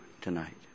tonight